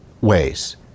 ways